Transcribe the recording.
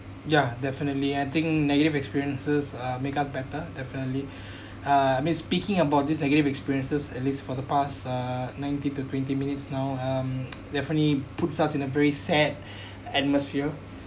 ya definitely I think negative experiences uh make us better definitely uh I mean speaking about this negative experiences at least for the past uh nineteen to twenty minutes now um definitely puts us in a very sad atmosphere